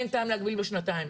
אין טעם להגביל בשנתיים.